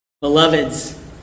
Beloveds